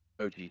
OG